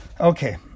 Okay